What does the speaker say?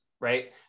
right